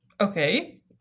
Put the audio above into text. Okay